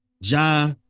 Ja